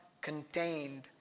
contained